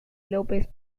lópez